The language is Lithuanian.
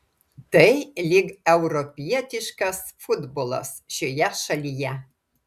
tai lyg europietiškas futbolas šioje šalyje